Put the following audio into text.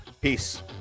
Peace